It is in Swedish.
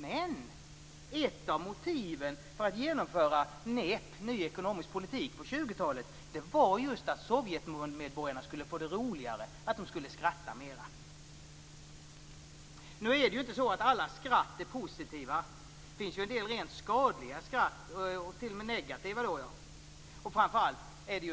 Men ett av motiven för att genomföra NEP - ny ekonomisk politik - på 1920-talet var just att sovjetmedborgarna skulle få det roligare och skratta mera. Nu är det inte så att alla skratt är positiva. Det finns en del rent skadliga och t.o.m. negativa skratt. Framför allt